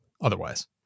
otherwise